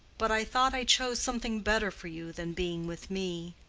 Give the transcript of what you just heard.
but i thought i chose something better for you than being with me.